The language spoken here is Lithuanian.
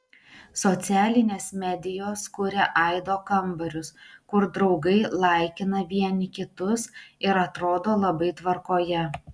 socialinės medijos kuria aido kambarius kur draugai laikina vieni kitus ir atrodo labai tvarkoje